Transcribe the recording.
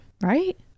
right